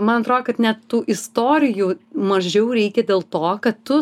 man atrodo kad net tų istorijų mažiau reikia dėl to kad tu